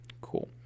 Cool